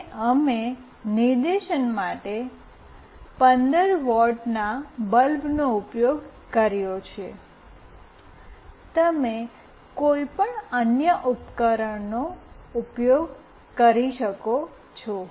અને અમે નિદર્શન માટે 15 વોટના બલ્બનો ઉપયોગ કર્યો છે તમે કોઈપણ અન્ય ઉપકરણનો ઉપયોગ કરી શકો છો